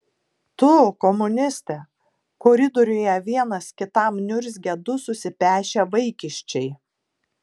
tu komuniste koridoriuje vienas kitam niurzgia du susipešę vaikiščiai